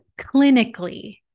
clinically